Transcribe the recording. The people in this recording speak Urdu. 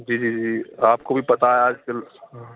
جی جی جی جی آپ کو بھی پتا ہے آج کل